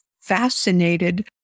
fascinated